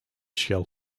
shell